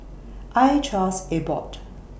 I Trust Abbott